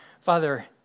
Father